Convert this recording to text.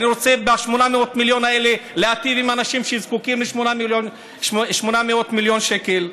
אני רוצה ב-800 מיליון האלה להיטיב עם האנשים שזקוקים ל-800 מיליון שקל.